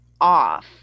off